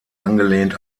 angelehnt